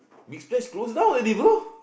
business close down already bro